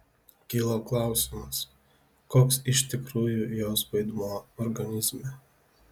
kilo klausimas koks iš tikrųjų jos vaidmuo organizme